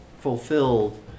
fulfilled